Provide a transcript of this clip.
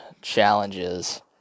challenges